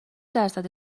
درصد